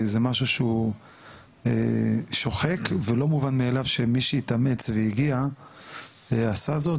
זה משהו שהוא שוחק ולא מובן מאליו שמי שהתאמץ והגיע עשה זאת,